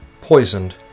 poisoned